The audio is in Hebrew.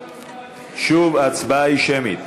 שוב, ההצבעה היא שמית.